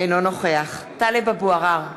אינו נוכח טלב אבו עראר,